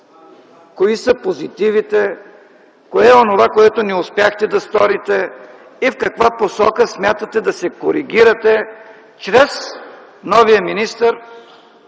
Кои са позитивите? Кое е онова, което не успяхте да сторите и в каква посока смятате да се коригирате чрез новия министър